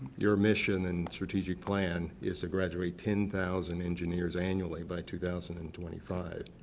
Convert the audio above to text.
your mission and strategic plan is to graduate ten thousand engineers annually by two thousand and twenty five.